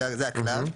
זה הכלל.